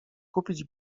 kupić